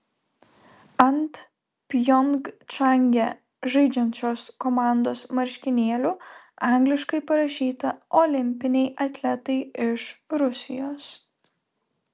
ant pjongčange žaidžiančios komandos marškinėlių angliškai parašyta olimpiniai atletai iš rusijos